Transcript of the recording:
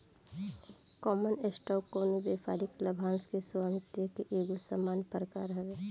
common stock कवनो व्यापारिक लाभांश के स्वामित्व के एगो सामान्य प्रकार हवे